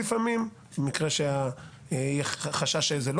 לפעמים במקרה שיש חשש לפיו זוהי לא